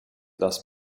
thus